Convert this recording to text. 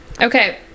Okay